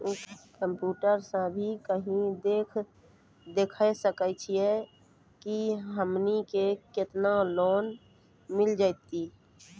Computer सा भी कही देख सकी का की हमनी के केतना लोन मिल जैतिन?